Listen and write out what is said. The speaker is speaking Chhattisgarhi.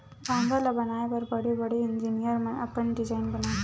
बांधा ल बनाए बर बड़े बड़े इजीनियर मन अपन डिजईन बनाथे